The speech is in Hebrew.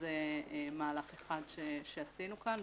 זה מהלך אחד שעשינו כאן.